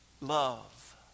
love